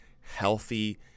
healthy